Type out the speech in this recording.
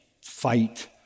fight